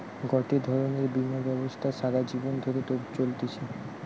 গটে ধরণের বীমা ব্যবস্থা সারা জীবন ধরে চলতিছে